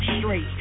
straight